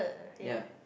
ya